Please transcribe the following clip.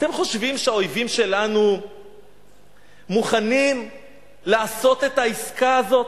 אתם חושבים שהאויבים שלנו מוכנים לעשות את העסקה הזאת?